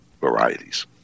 varieties